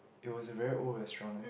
it was a very old restaurant